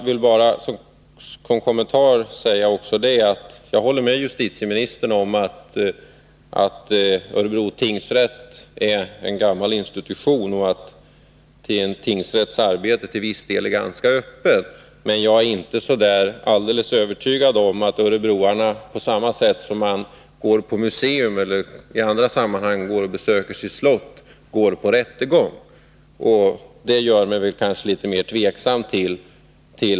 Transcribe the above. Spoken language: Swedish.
Vidare instämmer jag med justitieministern när han säger att Örebro tingsrätt är en gammal institution och att arbetet vid en tingsrätt till viss del sker ganska öppet. Men jag är inte alldeles övertygad om att örebroarna går för att lyssna på en rättegång i samma utsträckning som de går på museum eller i andra sammanhang besöker sitt slott. Den aspekten gör mig kanske litet mer tveksam.